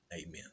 Amen